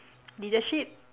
leadership